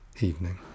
evening